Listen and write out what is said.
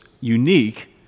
unique